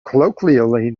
colloquially